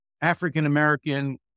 African-American